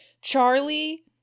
Charlie